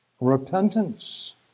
repentance